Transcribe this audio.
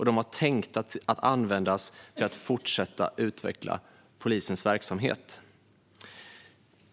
De var tänkta att användas till att fortsätta utveckla polisens verksamhet.